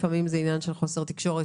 לפעמים זה עניין של חוסר תקשורת.